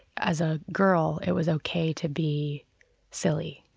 as a girl, it was ok to be silly,